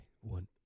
One